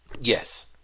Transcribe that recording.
Yes